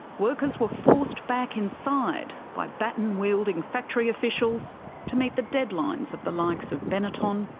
workers were forced back inside by baton wielding factory officials to meet the deadlines of the likes of benetton,